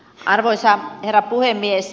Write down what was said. arvoisa herra puhemies